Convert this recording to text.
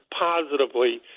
positively